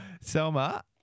Selma